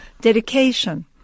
dedication